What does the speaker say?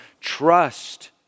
Trust